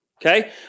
okay